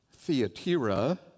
Theatira